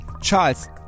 Charles